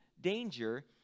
danger